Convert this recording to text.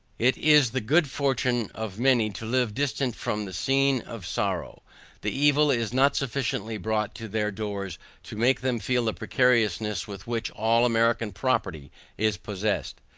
it is the good fortune of many to live distant from the scene of sorrow the evil is not sufficiently brought to their doors to make them feel the precariousness with which all american property is possessed.